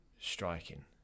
striking